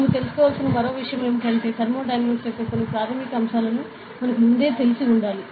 మీరు తెలుసుకోవలసిన మరో విషయం ఏమిటంటే థర్మోడైనమిక్స్ యొక్క కొన్ని ప్రాథమిక అంశాలు మనకు ముందే తెలిసి ఉండాలి